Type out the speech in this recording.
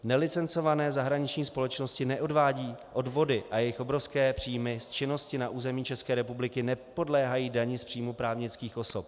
Nelicencované zahraniční společnosti neodvádějí odvody a jejich obrovské příjmy z činnosti na území České republiky nepodléhají dani z příjmu právnických osob.